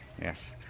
yes